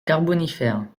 carbonifère